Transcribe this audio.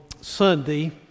Sunday